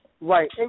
Right